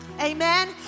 Amen